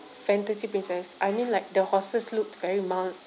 fantasy princess I mean like the horses looked very mur~